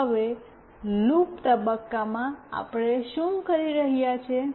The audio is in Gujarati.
હવે લૂપ તબક્કામાં આપણે શું કરી રહ્યા છીએ